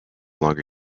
longer